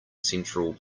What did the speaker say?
central